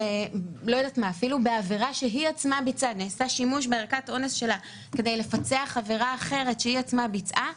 אפילו כדי לפצח עבירה אחרת שהיא עצמה ביצעה,